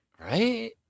Right